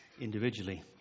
individually